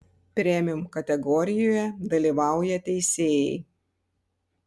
premium kategorijoje dalyvauja teisėjai